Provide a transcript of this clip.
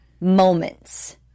moments